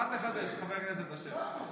מה תחדש, חבר הכנסת אשר?